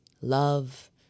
love